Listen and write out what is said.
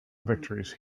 victories